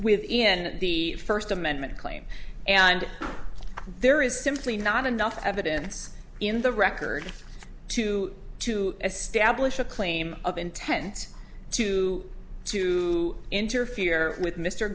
within the first amendment claim and there is simply not enough evidence in the record to to establish a claim of intent to to interfere with mr